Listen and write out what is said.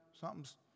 something's